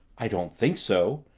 i don't think so.